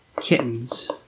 kittens